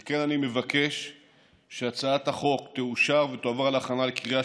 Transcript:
על כן אני מבקש שהצעת החוק תאושר ותועבר להכנה לקריאה